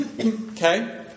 Okay